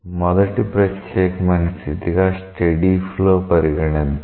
మొదటి ప్రత్యేకమైన స్థితిగా స్టెడీ ఫ్లో పరిగణిద్దాం